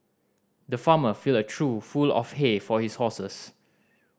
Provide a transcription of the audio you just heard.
the farmer filled a trough full of hay for his horses